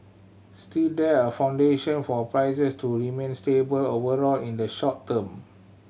still there are foundation for prices to remain stable overall in the short term